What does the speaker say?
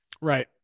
Right